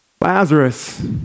Lazarus